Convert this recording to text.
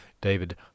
David